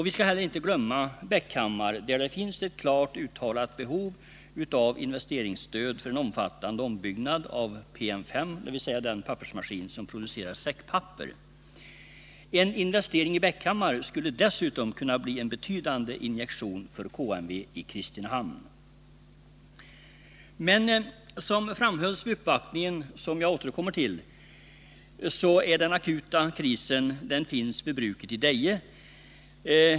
Vi skall inte heller glömma Bäckhammar, där det finns ett klart uttalat behov av investeringsstöd för en omfattande ombyggnad av PM 5, dvs. den pappersmaskin som producerar säckpapper. En investering i Bäckhammar skulle dessutom kunna bli en betydande injektion för KMV i Kristinehamn. Men som framhölls vid uppvaktningen, som jag återkommer till, finns den akuta krisen vid bruket i Deje.